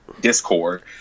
discord